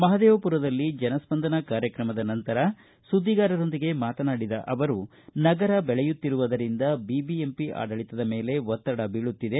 ಮಹದೇವಪುರದಲ್ಲಿ ಜನಸ್ಪಂದನ ಕಾರ್ಯತ್ರಮದ ನಂತರ ಸುದ್ದಿಗಾರರೊಂದಿಗೆ ಮಾತನಾಡಿದ ಅವರು ನಗರ ಬೆಳೆಯುತ್ತಿರುವುದರಿಂದ ಬಿಬಿಎಂಪಿ ಆಡಳಿತದ ಮೇಲೆ ಒತ್ತಡ ಬೀಳುತ್ತಿದೆ